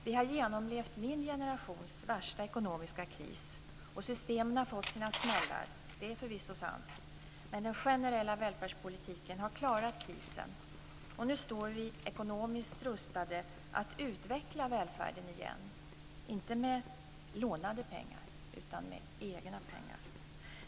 Vi har genomlevt min generations värsta ekonomiska kris, och systemen har fått sina smällar, det är förvisso sant. Men den generella välfärdspolitiken har klarat krisen. Nu står vi ekonomiskt rustade att utveckla välfärden igen, inte med lånade pengar, utan med egna pengar.